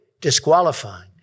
disqualifying